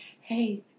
hey